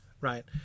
right